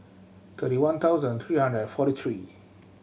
thirty one thousand three hundred and forty three